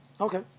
Okay